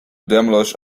demolish